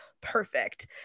perfect